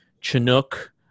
chinook